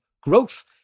growth